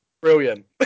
Brilliant